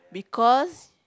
because